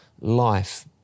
life